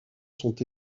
sont